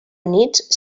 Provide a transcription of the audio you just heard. units